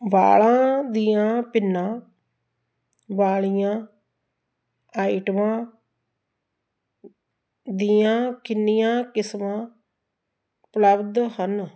ਵਾਲਾਂ ਦੀਆਂ ਪਿੰਨਾਂ ਵਾਲੀਆਂ ਆਈਟਮਾਂ ਦੀਆਂ ਕਿੰਨੀਆਂ ਕਿਸਮਾਂ ਉਪਲੱਬਧ ਹਨ